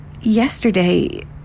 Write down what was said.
Yesterday